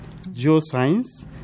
geoscience